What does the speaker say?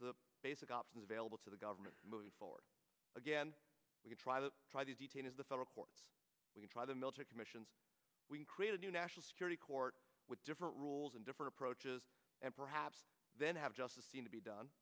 to the basic options available to the government moving forward again we try to try these detainees the federal courts we try the military commissions we create a new national security court with different rules and different approaches and perhaps then have justice seem to be done